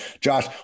Josh